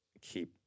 keep